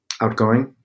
outgoing